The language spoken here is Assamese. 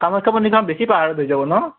কামাখ্যা মন্দিৰখন বেছি পাহাৰত হৈ যাব ন